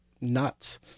nuts